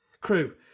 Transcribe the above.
crew